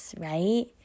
Right